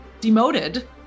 demoted